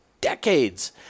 decades